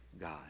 God